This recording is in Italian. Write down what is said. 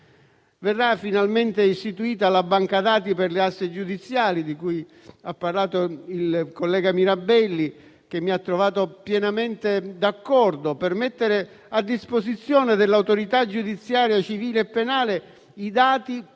Verrà finalmente istituita la banca dati per le aste giudiziarie, di cui ha parlato il collega Mirabelli, che mi ha trovato pienamente d'accordo, per mettere a disposizione dell'autorità giudiziaria civile e penale i dati